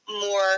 more